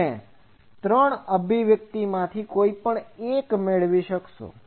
તેથી તમે તે ત્રણ અભિવ્યક્તિઓમાંથી કોઈ એક મેળવશો